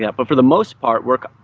yeah but for the most part work,